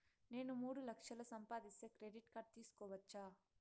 నేను మూడు లక్షలు సంపాదిస్తే క్రెడిట్ కార్డు తీసుకోవచ్చా?